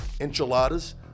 enchiladas